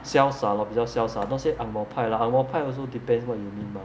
潇洒 lor 比较潇洒 not say ang moh 派 lah ang moh 派 also depends what you mean mah